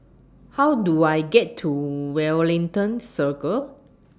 How Do I get to Wellington Circle